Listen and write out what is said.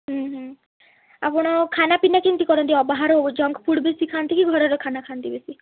ହୁଁ ହୁଁ ଆପଣ ଖାନା ପିନା କେମିତି କରନ୍ତି ଅ ବାହାରୁ ଜଙ୍କ୍ଫୁଡ଼୍ ବେଶୀ ଖାଆନ୍ତି କି ଘରର ଖାନା ଖାଆନ୍ତି ବେଶୀ